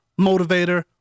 motivator